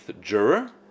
juror